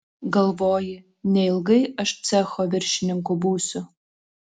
galvoji neilgai aš cecho viršininku būsiu